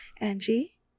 Angie